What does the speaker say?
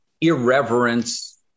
irreverence